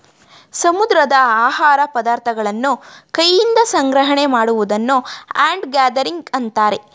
ಸಮುದ್ರದ ಆಹಾರ ಪದಾರ್ಥಗಳನ್ನು ಕೈಯಿಂದ ಸಂಗ್ರಹಣೆ ಮಾಡುವುದನ್ನು ಹ್ಯಾಂಡ್ ಗ್ಯಾದರಿಂಗ್ ಅಂತರೆ